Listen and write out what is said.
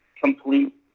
complete